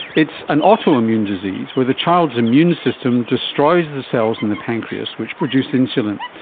it's an autoimmune disease where the child's immune system destroys the cells in the pancreas which produce insulin.